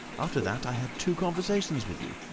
after that i had two conversations with you,